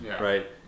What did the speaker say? right